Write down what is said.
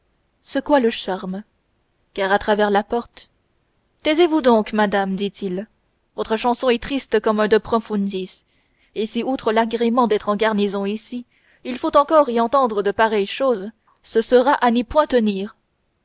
secoua le charme car à travers la porte taisez-vous donc madame dit-il votre chanson est triste comme un de profondis et si outre l'agrément d'être en garnison ici il faut encore y entendre de pareilles choses ce sera à n'y point tenir